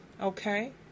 Okay